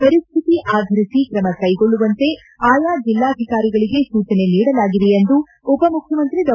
ಪರಿಸ್ತಿತಿ ಆಧರಿಸಿ ಕ್ರಮಕ್ಕೆಗೊಳ್ಳುವಂತೆ ಆಯಾ ಜಿಲ್ಲಾಧಿಕಾರಿಗಳಿಗೆ ಸೂಚನೆ ನೀಡಲಾಗಿದೆ ಎಂದು ಉಪಮುಖ್ಯಮಂತ್ರಿ ಡಾ